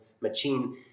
machine